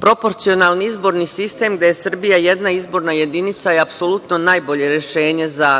Proporcionalni izborni sistem, gde je Srbija jedna izborna jedinica, apsolutno najbolje rešenje za